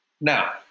Now